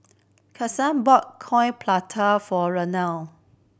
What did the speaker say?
Kanesha bought Coin Prata for Iona